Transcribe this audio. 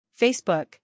facebook